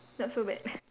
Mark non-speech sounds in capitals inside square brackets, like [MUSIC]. not so bad [LAUGHS]